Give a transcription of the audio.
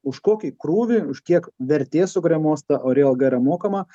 už kokį krūvį už kiek vertės sukuriamos ta ori alga yra mokama